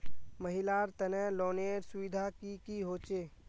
महिलार तने लोनेर सुविधा की की होचे?